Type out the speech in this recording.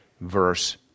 verse